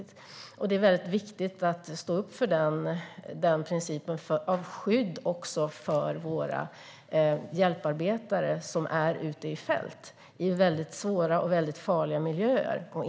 Det är väldigt viktigt att stå upp för den principen också till skydd för våra hjälparbetare ute i fält i väldigt svåra och farliga miljöer.